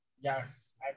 Yes